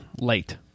late